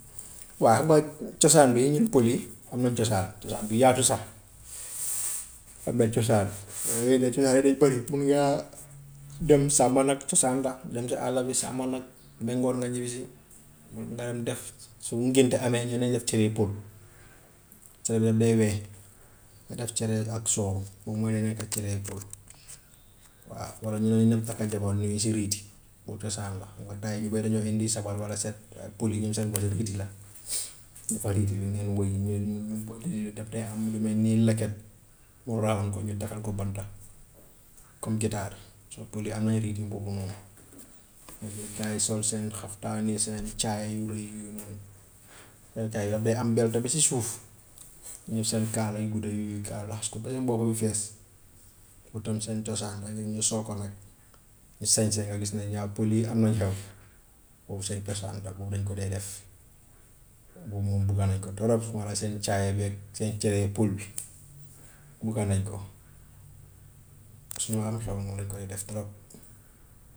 Waa mooy cosaan bi ñun pël yi am nañ cosaan, cosaan bu yaatu sax, am nañ cosaan yooyu nag cosaan yi dañ bari mun ngaa dem sàmm nag cosaan la, dem si àll bi sàmm nag ba ngoon nga ñibbi si. Mun nga dem def su ngénte amee nga ne def cere pël, cere day weex nga def cere ak soow boobu moo dee nekka cere pël. Waa walla ñu ne nañ takk jabar ñu ngi si riiti boobu cosaan la, xam nga temps yii ñu bari dañoo indi sabar walla set pël yi ñoom seen bos riiti la, defar riiti bi ngeen woy ñu ñu ñun pël yi daf dee am lu mel ni leket mu raam ko ñu defal ko banta comme gitaar, so pël yi am nañu riiti boobu noonu. Léeg-léeg gaa yi sol seen xaftaan yi seen caaya yu rëy yooyu noonu moom tey daf dee am belta bi si suuf, ñu seen kaala yu rëy yooyu kaala laxas ko ba seen bopp bi fees loolu tamit seen cosaan la ñun ñu sol ko nag, ñu sañse nga gis ne ñaa pël yi am nañu xew boobu seen cosaan la moom dañ ko dee def, boobu moom bugga nañ ko trop, su ma la seen caaya beeg, seen cere pël bi bugga nañ ko. Su ñu am xew moom dañ koy def trop.